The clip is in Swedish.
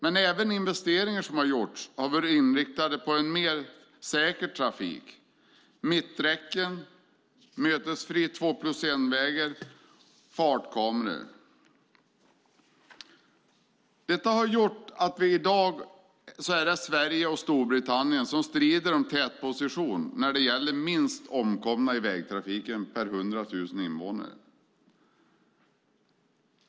Men även investeringar som gjorts har varit inriktade på mer säker trafik med mitträcken, mötesfria två-plus-ett-vägar och fartkameror. Detta har gjort att det i dag är Sverige och Storbritannien som strider om tätpositionen när det gäller minst antal omkomna i vägtrafiken per 100 000 invånare.